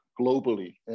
globally